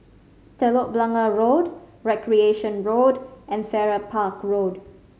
Telok Blangah Road Recreation Road and Farrer Park Road